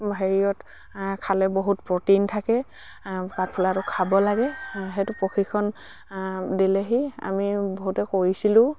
হেৰিয়ত খালে বহুত প্ৰটিন থাকে কাঠফুলাটো খাব লাগে সেইটো প্ৰশিক্ষণ দিলেহি আমি বহুতে কৰিছিলোঁ